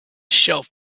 shelf